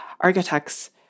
architects